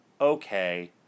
okay